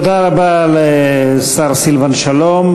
תודה רבה לשר סילבן שלום,